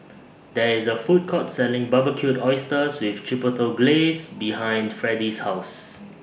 There IS A Food Court Selling Barbecued Oysters with Chipotle Glaze behind Freddie's House